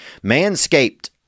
Manscaped